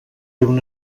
una